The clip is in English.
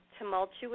tumultuous